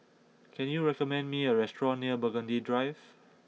can you recommend me a restaurant near Burgundy Drive